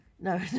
No